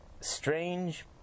Strange